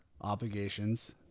obligations